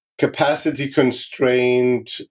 capacity-constrained